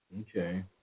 Okay